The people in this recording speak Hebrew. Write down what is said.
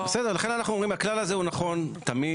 בסדר, לכן אנחנו אומרים שהכלל הזה הוא נכון תמיד.